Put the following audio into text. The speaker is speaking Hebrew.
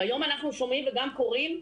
והיום אנחנו שומעים וגם קוראים,